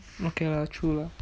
okay lah true lah